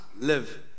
live